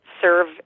serve